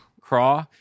Craw